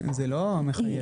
זה לא מחייב.